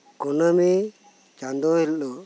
ᱠᱩᱱᱟᱹᱢᱤ ᱪᱟᱸᱫᱚ ᱦᱤᱞᱟᱹᱜ